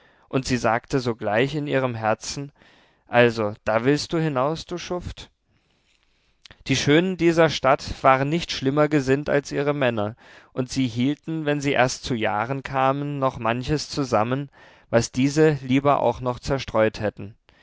und sie sagte sogleich in ihrem herzen also da willst du hinaus du schuft die schönen dieser stadt waren nicht schlimmer gesinnt als ihre männer und sie hielten wenn sie erst zu jahren kamen noch manches zusammen was diese lieber auch noch zerstreut hätten